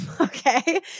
okay